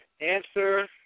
Answer